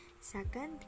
Second